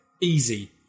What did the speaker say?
easy